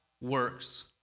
works